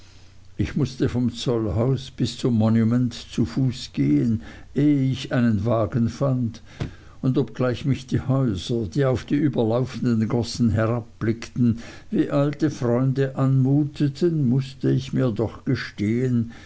ich mußte vom zollhaus bis zum monument zu fuß gehen ehe ich einen wagen fand und obgleich mich die häuser die auf die überlaufenden gossen herabblickten wie alte freunde anmuteten mußte ich mir doch gestehen